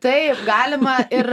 tai galima ir